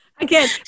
Again